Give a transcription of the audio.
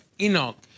Enoch